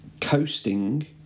coasting